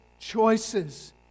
choices